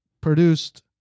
produced